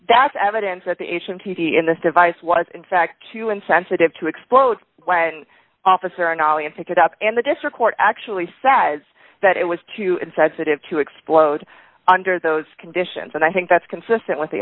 that's evidence that the asian t v in this device was in fact to insensitive to explode and officer and all and pick it up and the district court actually says that it was too sensitive to explode under those conditions and i think that's consistent with the